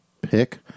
pick